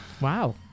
Wow